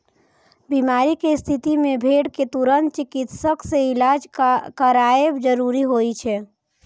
बीमारी के स्थिति मे भेड़ कें तुरंत चिकित्सक सं इलाज करायब जरूरी होइ छै